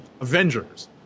Avengers